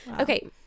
okay